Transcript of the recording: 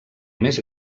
més